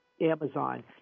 Amazon